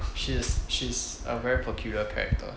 she's she's a very peculiar character